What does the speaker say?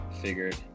figured